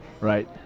Right